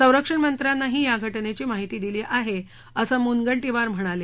संरक्षणमंत्र्यांनाही या घटनेची माहिती दिली आहे असं मुनगंटीवार म्हणाले